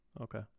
Okay